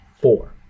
four